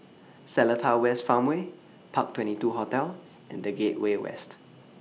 Seletar West Farmway Park twenty two Hotel and The Gateway West